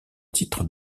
titre